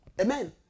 Amen